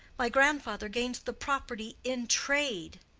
my grandfather gained the property in trade.